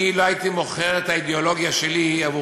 אני לא הייתי מוכר את האידיאולוגיה שלי עבור